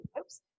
oops